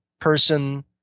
person